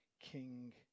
king